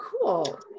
cool